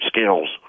skills